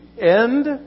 end